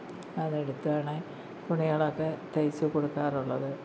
അത് എടുത്താണ് തുണികളൊക്കെ തയ്ച്ചു കൊടുക്കാറുള്ളത്